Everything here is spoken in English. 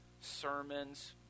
sermons